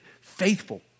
faithful